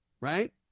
Right